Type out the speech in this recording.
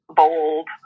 bold